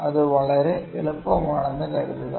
ഇത് വളരെ എളുപ്പമാണെന്ന് കരുതുക